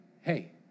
Hey